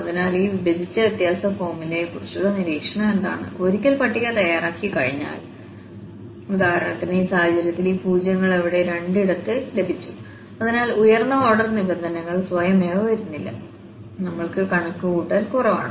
അതിനാൽ ഈ വിഭജിച്ച വ്യത്യാസ ഫോർമുലയെക്കുറിച്ചുള്ള നിരീക്ഷണം എന്താണ് ഒരിക്കൽ പട്ടിക തയ്യാറായിക്കഴിഞ്ഞാൽ ഇപ്പോൾ ഉദാഹരണത്തിന് ഈ സാഹചര്യത്തിൽ ഈ പൂജ്യങ്ങൾ അവിടെ രണ്ടിടത്ത് ലഭിച്ചു അതിനാൽ ഉയർന്ന ഓർഡർ നിബന്ധനകൾ സ്വയമേവ വരുന്നില്ല നമ്മൾക്ക് കണക്കുകൂട്ടൽ കുറവാണ്